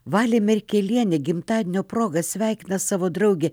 valė merkelienė gimtadienio proga sveikina savo draugę